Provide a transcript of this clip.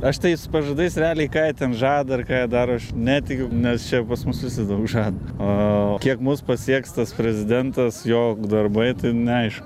aš tais pažadais realiai ką jie ten žada ar ką jie daro aš netikiu nes čia pas bus visi daug žada o kiek mus pasieks tas prezidentas jo darbai tai neaišku